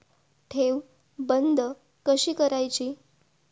ठेव बंद कशी करायची?